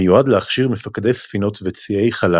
המיועד להכשיר מפקדי ספינות וציי חלל